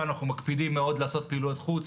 אנחנו מקפידים מאוד לעשות פעילויות חוץ,